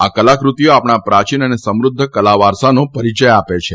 આ કલાકૃતિઓ આપણા પ્રાચીન અને સમૃધ્ધ કલાવારસાનો પરિચય આપે છે